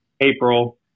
April